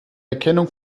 erkennung